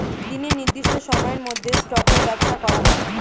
দিনের নির্দিষ্ট সময়ের মধ্যে স্টকের ব্যবসা করা হয়